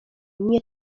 mnie